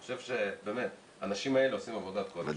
אני חושב שהאנשים האלה עושים עבודת קודש, באמת.